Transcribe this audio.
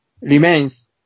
remains